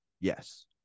Yes